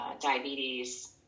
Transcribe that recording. diabetes